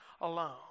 alone